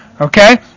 Okay